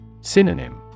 Synonym